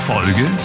Folge